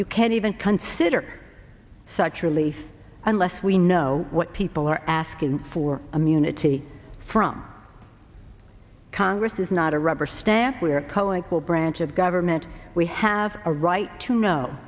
you can't even consider such relief unless we know what people are asking for immunity from congress is not a rubber stamp we are a co equal branch of government we have a right to know